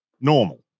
normal